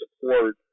support